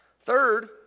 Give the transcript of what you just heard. Third